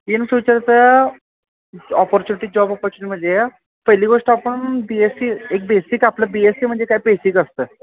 in फ्युचरचं opportunity job opportunity म्हणजे पहिली गोष्ट आपण बी एस्सी एक बेसिक आपलं बी एस्सी म्हणजे काय बेसिक असतं